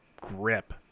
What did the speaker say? grip